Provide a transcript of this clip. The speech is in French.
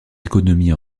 économies